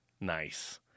Nice